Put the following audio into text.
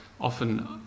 often